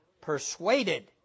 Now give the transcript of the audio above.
Persuaded